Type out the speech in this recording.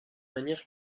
manière